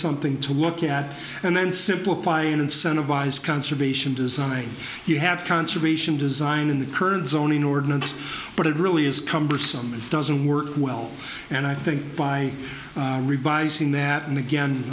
something to look at and then simplify and incentivize conservation design you have conservation design in the kurds own ordinance but it really is cumbersome it doesn't work well and i think by revising that and again